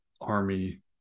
army